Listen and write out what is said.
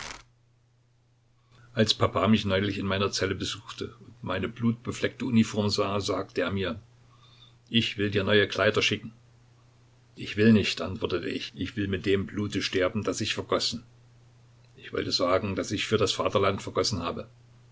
als papa mich neulich in meiner zelle besuchte und meine blutbefleckte uniform sah sagte er mir ich will dir neue kleider schicken ich will nicht antwortete ich ich will mit dem blute sterben das ich vergossen ich wollte sagen das ich für das vaterland vergossen habe